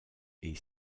est